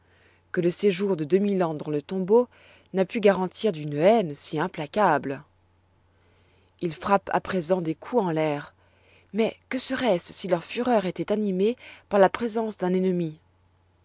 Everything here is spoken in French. que le séjour de deux mille ans dans le tombeau n'a pu garantir d'une haine si implacable ils frappent à présent des coups en l'air mais que seroit-ce si leur fureur étoit animée par la présence d'un ennemi